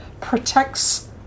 protects